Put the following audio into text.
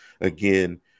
again